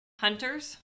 Hunters